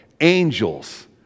angels